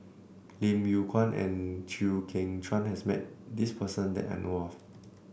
Lim Yew Kuan and Chew Kheng Chuan has met this person that I know of